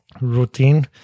routine